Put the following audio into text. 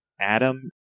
Adam